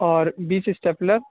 اور بیس اسٹیپلر